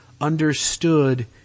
understood